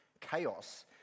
chaos